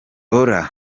ora